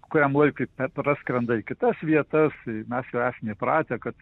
kuriam laikui nepraskrenda į kitas vietas ir mes esame įpratę kad